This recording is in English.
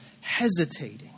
hesitating